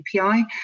API